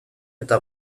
eta